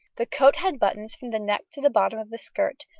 the coat had buttons from the neck to the bottom of the skirt,